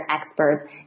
experts